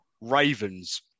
Ravens